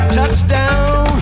Touchdown